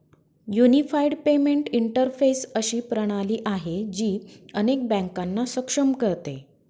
unified payment interface अशी प्रणाली आहे, जी अनेक बँकांना सक्षम करते